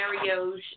scenarios